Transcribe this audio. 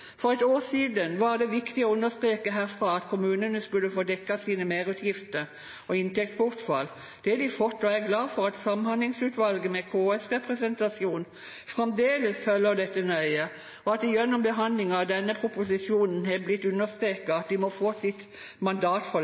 For et år siden var det viktig å understreke herfra at kommunene skulle få dekket sine merutgifter og inntektsbortfall. Det har de fått. Jeg er glad for at samhandlingsutvalget med KS-representasjon fremdeles følger dette nøye, og at det gjennom behandlingen av denne proposisjonen har blitt understreket at de må få sitt mandat